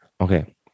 Okay